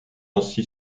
ainsi